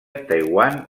taiwan